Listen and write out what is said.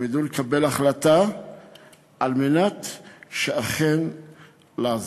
ידעו לקבל החלטה על מנת אכן לעזור.